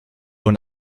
und